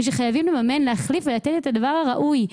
ושחייבים לממן להחליף ולתת את הדבר הראוי.